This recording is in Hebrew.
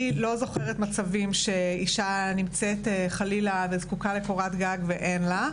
אני לא זוכרת מצב שאישה זקוקה לקורת גג ואין לה.